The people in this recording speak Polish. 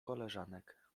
koleżanek